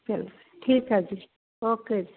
ਚੱਲੋ ਠੀਕ ਹੈ ਜੀ ਓਕੇ ਜੀ